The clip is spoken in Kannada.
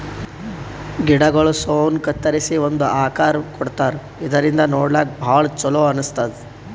ಗಿಡಗೊಳ್ ಸೌನ್ ಕತ್ತರಿಸಿ ಒಂದ್ ಆಕಾರ್ ಕೊಡ್ತಾರಾ ಇದರಿಂದ ನೋಡ್ಲಾಕ್ಕ್ ಭಾಳ್ ಛಲೋ ಅನಸ್ತದ್